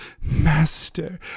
Master